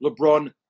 LeBron